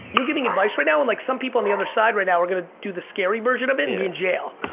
you're giving advice right now, and like some people on the other side right now are gonna do the scary version of it and be in jail.